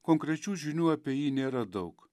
konkrečių žinių apie jį nėra daug